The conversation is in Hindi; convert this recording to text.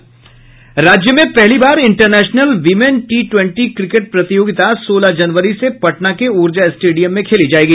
राज्य में पहली बार international women T twenty cricket प्रतियोगिता सोलह जनवरी से पटना के ऊर्जा स्टेडियम में खेली जायेगी